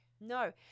No